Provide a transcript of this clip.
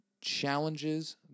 challenges